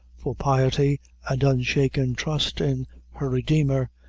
for piety and unshaken trust in her redeemer,